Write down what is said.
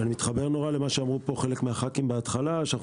אני מתחבר למה שאמרו פה חלק מחברי הכנסת בהתחלה שאנחנו